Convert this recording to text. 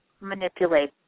manipulate